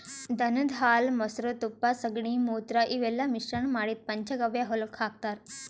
ದನದ್ ಹಾಲ್ ಮೊಸ್ರಾ ತುಪ್ಪ ಸಗಣಿ ಮೂತ್ರ ಇವೆಲ್ಲಾ ಮಿಶ್ರಣ್ ಮಾಡಿದ್ದ್ ಪಂಚಗವ್ಯ ಹೊಲಕ್ಕ್ ಹಾಕ್ತಾರ್